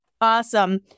Awesome